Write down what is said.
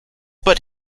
but